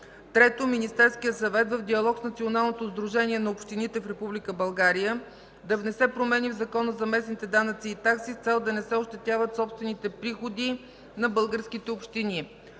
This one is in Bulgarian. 3. Министерският съвет в диалог с Националното сдружение на общините в Република България да внесе промени в Закона за местните данъци и такси с цел да не се ощетят собствените приходи на българските общини.